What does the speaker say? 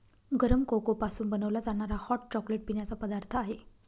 गरम कोको पासून बनवला जाणारा हॉट चॉकलेट पिण्याचा पदार्थ आहे